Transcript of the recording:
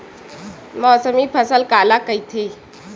मौसमी फसल काला कइथे?